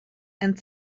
and